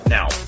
Now